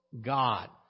God